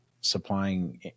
supplying